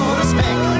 respect